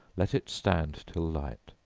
let it stand till light,